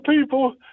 people